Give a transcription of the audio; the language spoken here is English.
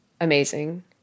amazing